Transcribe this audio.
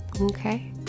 Okay